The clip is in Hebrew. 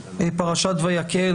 פרשת ויקהל,